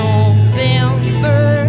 November